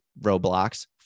Roblox